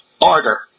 Order